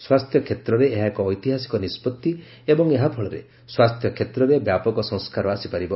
ସ୍ନାସ୍ଥ୍ୟ କ୍ଷେତ୍ରରେ ଏହା ଏକ ଐତିହାସିକ ନିଷ୍ପତ୍ତି ଏବଂ ଏହା ଫଳରେ ସ୍ୱାସ୍ଥ୍ୟ କ୍ଷେତ୍ରରେ ବ୍ୟାପକ ସଂସ୍କାର ଆସିପାରିବ